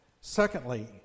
Secondly